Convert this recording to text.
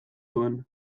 zuen